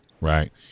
Right